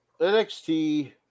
NXT